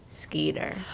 Skeeter